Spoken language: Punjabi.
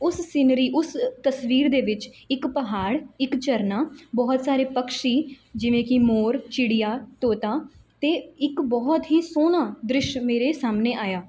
ਉਸ ਸੀਨਰੀ ਉਸ ਤਸਵੀਰ ਦੇ ਵਿੱਚ ਇੱਕ ਪਹਾੜ ਇੱਕ ਝਰਨਾ ਬਹੁਤ ਸਾਰੇ ਪੰਛੀ ਜਿਵੇਂ ਕਿ ਮੋਰ ਚਿੜੀਆਂ ਤੋਤਾ ਅਤੇ ਇੱਕ ਬਹੁਤ ਹੀ ਸੋਹਣਾ ਦ੍ਰਿਸ਼ ਮੇਰੇ ਸਾਹਮਣੇ ਆਇਆ